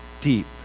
deep